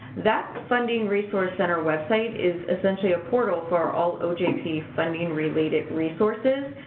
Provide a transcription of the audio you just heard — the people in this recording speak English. that funding resource center website is essentially a portal for all ojp funding-related resources.